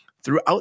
throughout